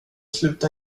sluta